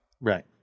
Right